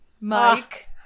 Mike